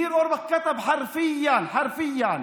ניר אורבך כתב באופן מילולי: